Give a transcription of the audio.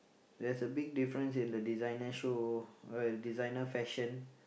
there's a big difference in the designer shoe well designer fashion